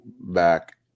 back